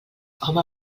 home